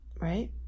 right